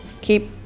Keep